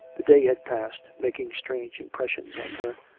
the day had passed, making strange impressions on her,